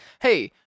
Hey